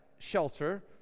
shelter